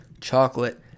chocolate